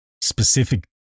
specific